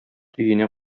өенә